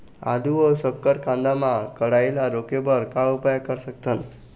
आलू अऊ शक्कर कांदा मा कढ़ाई ला रोके बर का उपाय कर सकथन?